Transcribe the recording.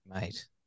Mate